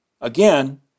again